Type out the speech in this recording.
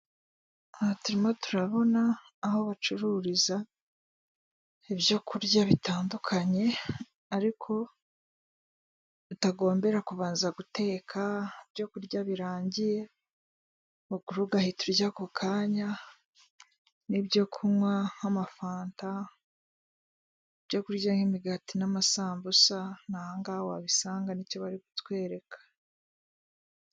Mu rwanda hari abacururiza ku ikoranabuhanga nko mu Rukari. Wabagana ugatuma ibyo ukeneye byose bakabikugezaho utiriwe uva aho uherereye guhaha wifashishije ikoranabuhanga na byo ni byiza biradufasha.